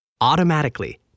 automatically